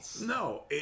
No